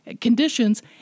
conditions